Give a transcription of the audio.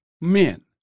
men